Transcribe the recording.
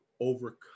overcome